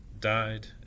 died